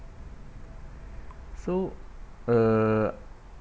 so uh